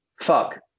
fuck